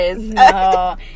No